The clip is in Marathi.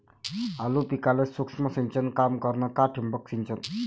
आलू पिकाले सूक्ष्म सिंचन काम करन का ठिबक सिंचन?